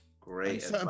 Great